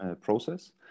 process